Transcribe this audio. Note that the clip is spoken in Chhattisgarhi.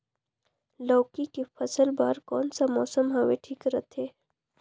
लौकी के फसल बार कोन सा मौसम हवे ठीक रथे?